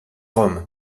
rome